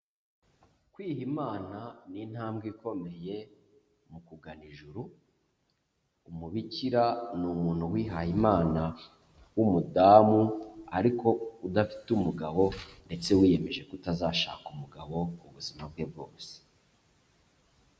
Kwiha Imana ni intambwe ikomeye mu kugana ijuru, umubikira ni umuntu wihaye Imana w'umudamu ariko udafite umugabo ndetse wiyemeje kutazashaka umugabo ubuzima bwe bwose.